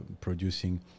producing